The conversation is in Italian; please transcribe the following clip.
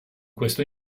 questo